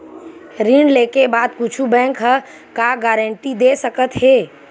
ऋण लेके बाद कुछु बैंक ह का गारेंटी दे सकत हे?